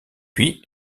puis